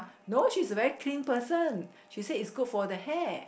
no she's a very clean person she said it's good for the hair